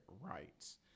rights